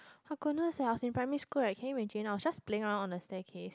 my goodness leh I was in primary school right can you imagine I was just playing around on the staircase